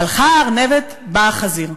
הלכה הארנבת, בא החזיר.